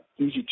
easy